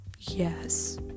yes